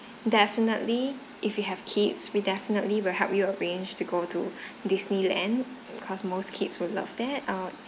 definitely if you have kids we definitely will help you arrange to go to disneyland because most kids would love that uh